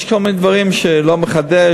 יש כל מיני דברים שהוא לא מחדש,